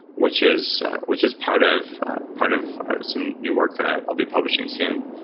which is which is part of part of some new work that i'll i'll be publishing soon.